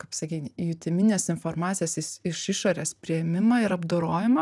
kaip sakykim jutiminės informacijos is iš išorės priėmimą ir apdorojimą